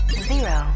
Zero